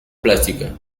plástica